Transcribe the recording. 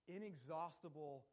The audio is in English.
inexhaustible